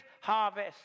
harvest